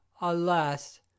alas